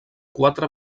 quatre